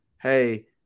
hey